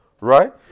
right